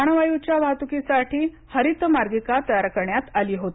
प्राणवायूच्या वाहतुकीसाठी हरित मार्गिका तयार करण्यात आली होती